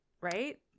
right